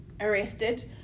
arrested